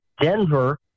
Denver